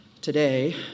today